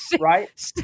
right